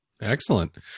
Excellent